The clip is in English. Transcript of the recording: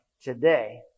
today